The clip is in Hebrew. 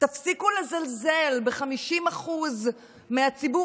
תפסיקו לזלזל ב-50% מהציבור,